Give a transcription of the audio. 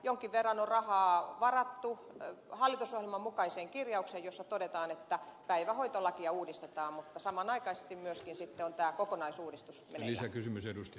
jonkin verran on rahaa varattu hallitusohjelman mukaiseen kirjaukseen jossa todetaan että päivähoitolakia uudistetaan mutta samanaikaisesti myöskin sitten on tämä kokonaisuudistus meneillään